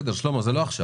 בסדר, שלמה, זה לא עכשיו.